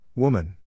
Woman